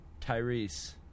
Tyrese